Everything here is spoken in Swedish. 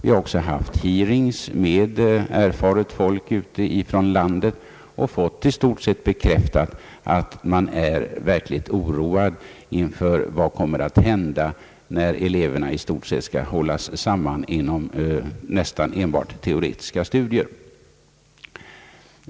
Vi har också haft hearings med erfaret folk ute i landet och i stort sett fått bekräftat att man är verkligt oroad inför vad som kommer att hända när eleverna kommer att hållas samman i nästan enbart teoretiska studier.